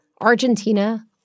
Argentina